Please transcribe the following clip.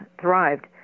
thrived